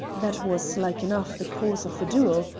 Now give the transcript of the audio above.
that was, like enough, the cause of the duel.